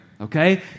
Okay